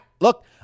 Look